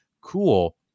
cool